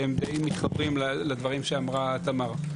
והם די מתחברים לדברי תמר.